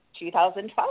2012